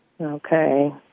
Okay